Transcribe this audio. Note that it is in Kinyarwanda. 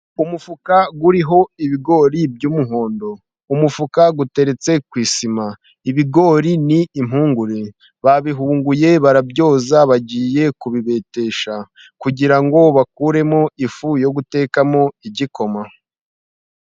Umufuka uriho ibigori by'umuhondo. Umufuka uteretse ku isima. Ibigori ni impungure, babihunguye barabyoza. Bagiye kubibetesha kugira ngo bakuremo ifu yo gutekamo igikoma.